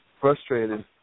Frustrated